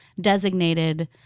designated